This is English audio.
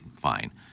fine